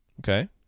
Okay